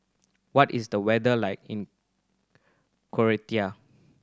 what is the weather like in Croatia